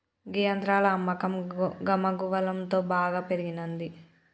గీ యంత్రాల అమ్మకం గమగువలంతో బాగా పెరిగినంది